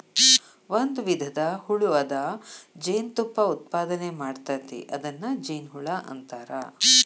ಒಂದು ವಿಧದ ಹುಳು ಅದ ಜೇನತುಪ್ಪಾ ಉತ್ಪಾದನೆ ಮಾಡ್ತತಿ ಅದನ್ನ ಜೇನುಹುಳಾ ಅಂತಾರ